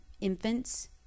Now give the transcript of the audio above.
infants